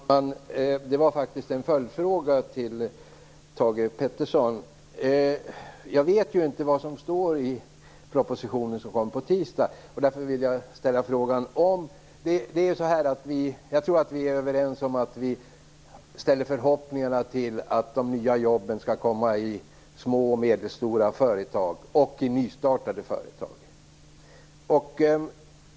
Herr talman! Jag har faktiskt en följdfråga till Thage Peterson. Jag vet inte vad som står i den proposition som kommer på tisdag. Därför vill jag ställa en fråga. Jag tror att vi är överens om att vi ställer förhoppningarna till att de nya jobben skall komma i små och medelstora företag och i nystartade företag.